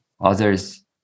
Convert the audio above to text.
others